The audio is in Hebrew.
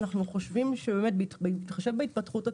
אנחנו חושבים שבהתחשב בהתפתחות הטכנולוגית,